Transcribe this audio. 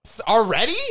already